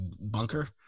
bunker